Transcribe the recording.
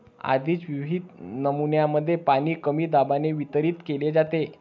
आधीच विहित नमुन्यांमध्ये पाणी कमी दाबाने वितरित केले जाते